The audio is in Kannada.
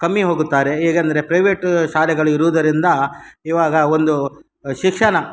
ಕಮ್ಮಿ ಹೋಗುತ್ತಾರೆ ಏಕಂದ್ರೆ ಪ್ರೈವೇಟು ಶಾಲೆಗಳು ಇರುವುದರಿಂದ ಇವಾಗ ಒಂದು ಶಿಕ್ಷಣ